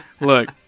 Look